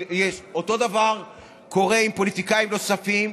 אותו דבר קורה עם פוליטיקאים נוספים.